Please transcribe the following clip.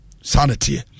Sanity